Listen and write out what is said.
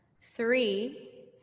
three